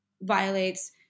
violates